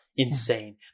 insane